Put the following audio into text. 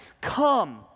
come